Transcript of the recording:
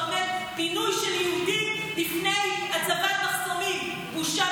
עומד פינוי של יהודים לפני הצבת מחסומים.